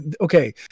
okay